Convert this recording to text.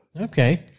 Okay